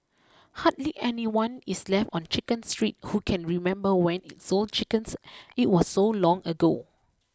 hardly anyone is left on Chicken Street who can remember when it sold chickens it was so long ago